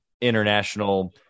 international